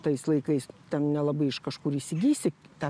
tais laikais ten nelabai iš kažkur įsigysi tą